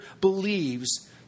believes